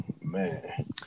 man